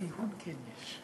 אחיהון יש.